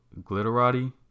Glitterati